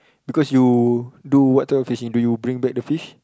because you do what type of fishing do you bring back the fish